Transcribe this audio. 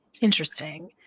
Interesting